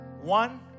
one